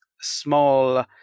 small